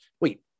Wait